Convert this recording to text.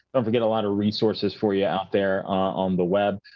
don't forget a lot of resources for you out there on the web,